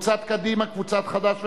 קבוצת סיעת חד"ש,